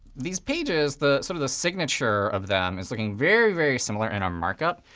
these pages, the sort of the signature of them is looking very, very similar in our markup.